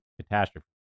catastrophe